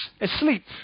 asleep